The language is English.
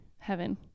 heaven